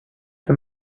them